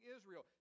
Israel